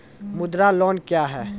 मुद्रा लोन क्या हैं?